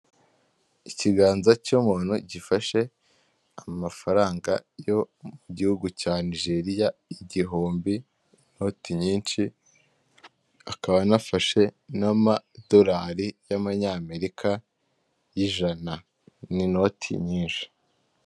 Ikiganza cy'umuntu gifashe amafaranga yo mu gihugu cya Nigeria igihumbi, inoti nyinshi, akaba anafashe n'amadolari y'amanyamerika y'ijana ni inoti nyinshi.